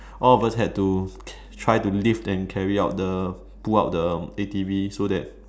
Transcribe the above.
all of us had to try to lift and carry out the pull out the A_T_V so that